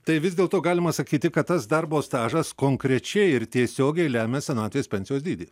tai vis dėl to galima sakyti kad tas darbo stažas konkrečiai ir tiesiogiai lemia senatvės pensijos dydį